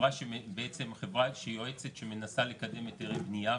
חברה שהיא בעצם חברה יועצת שמנסה לקדם היתרי בנייה,